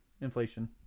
inflation